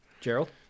Gerald